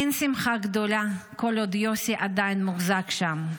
אין שמחה גדולה כל עוד יוסי עדיין מוחזק שם.